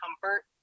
comfort